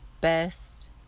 best